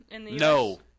No